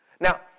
Now